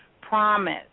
promise